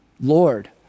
Lord